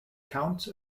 counts